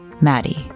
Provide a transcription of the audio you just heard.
Maddie